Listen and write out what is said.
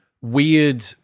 weird